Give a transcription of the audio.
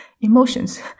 emotions